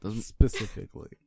Specifically